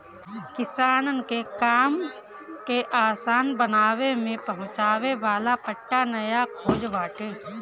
किसानन के काम के आसान बनावे में पहुंचावे वाला पट्टा नया खोज बाटे